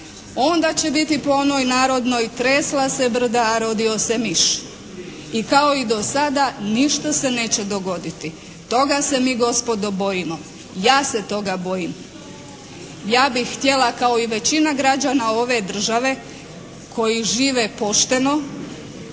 onda će biti po onoj narodnoj "tresla se brda a rodio se miš" i kao i do sada ništa se neće dogoditi. Toga se mi gospodo bojimo. Ja se toga bojim. Ja bih htjela kao i većina građana ove države koji žive pošteno,